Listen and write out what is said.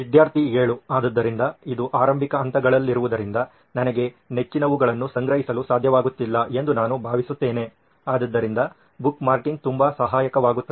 ವಿದ್ಯಾರ್ಥಿ 7 ಆದ್ದರಿಂದ ಇದು ಆರಂಭಿಕ ಹಂತಗಳಲ್ಲಿರುವುದರಿಂದ ನನಗೆ ಮೆಚ್ಚಿನವುಗಳನ್ನು ಸಂಗ್ರಹಿಸಲು ಸಾಧ್ಯವಾಗುತ್ತಿಲ್ಲ ಎಂದು ನಾನು ಭಾವಿಸುತ್ತೇನೆ ಆದ್ದರಿಂದ ಬುಕ್ಮಾರ್ಕಿಂಗ್ ತುಂಬಾ ಸಹಾಯಕವಾಗುತ್ತದೆ